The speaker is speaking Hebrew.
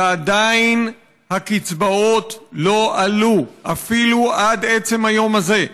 ועדיין הקצבאות לא עלו, אפילו עד עצם היום הזה.